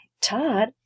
Todd